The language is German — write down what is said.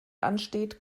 ansteht